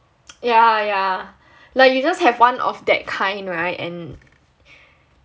yeah yeah like you just have one of that kind [right] and